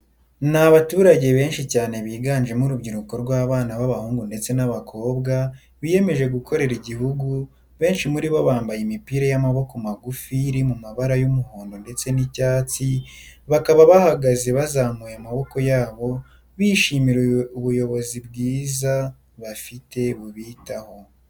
Ni abaturage benshi cyane biganjemo urubyiruko rw'abana b'abahungu ndetse n'abakobwa biyemeje gukorera igihugu, benshi muri bo bambaye imipira y'amaboko magufi iri mu mabara y'umuhondo ndetse n'icyatsi, bakaba bahagaze bazamuye amaboko yabo bishimira ubuyobozi bwiza bafite bubitaho.